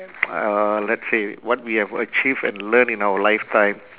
uh let's say what we have achieved and learn in our lifetime